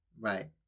Right